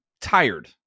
tired